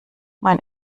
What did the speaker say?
mein